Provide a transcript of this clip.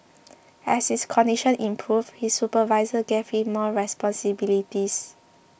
as his condition improved his supervisors gave him more responsibilities